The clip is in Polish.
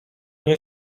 nie